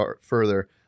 further